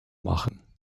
machen